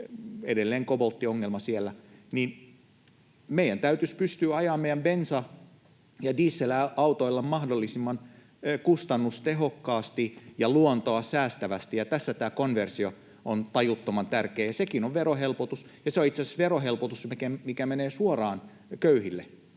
edelleen kobolttiongelma siellä — meidän täytyisi pystyä ajamaan meidän bensa- ja dieselautoillamme mahdollisimman kustannustehokkaasti ja luontoa säästävästi. Ja tässä tämä konversio on tajuttoman tärkeä. Sekin on verohelpotus, ja se on itse asiassa verohelpotus, mikä menee suoraan köyhille,